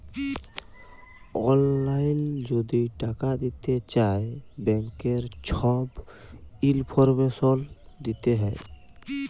অললাইল যদি টাকা দিতে চায় ব্যাংকের ছব ইলফরমেশল দিতে হ্যয়